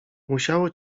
musiało